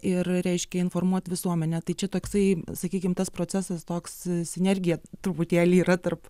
ir reiškia informuot visuomenę tai čia toksai sakykim tas procesas toks sinergija truputėlį yra tarp